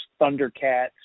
Thundercats